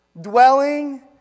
dwelling